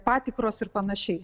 patikros ir panašiai